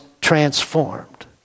transformed